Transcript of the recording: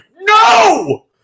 no